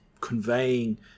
conveying